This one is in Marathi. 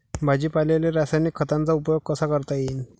भाजीपाल्याले रासायनिक खतांचा उपयोग कसा करता येईन?